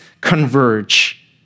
converge